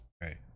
Hey